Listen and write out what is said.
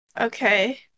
Okay